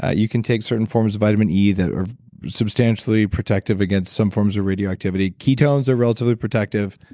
ah you can take certain forms of vitamin e that are substantially protective against some forms of radioactivity. ketones are relatively protective,